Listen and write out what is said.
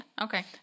Okay